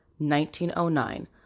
1909